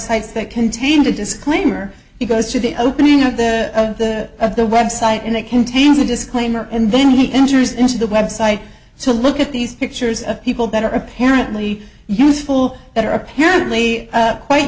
sites that contained a disclaimer he goes to the opening of the of the of the web site and it contains a disclaimer and then he end into the website to look at these pictures of people better apparently useful that are apparently quite